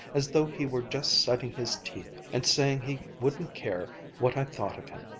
as though he were just setting his teeth and saying he wouldn't care what i thought of him.